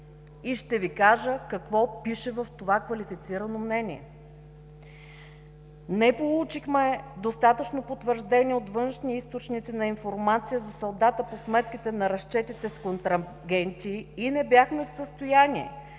и ще Ви кажа какво пише в това квалифицирано мнение. „Не получихме достатъчно потвърждение от външни източници на информация за салдата по сметките на разчетите с контрагенти и не бяхме в състояние